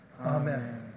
Amen